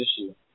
issue